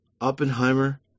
Oppenheimer